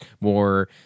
more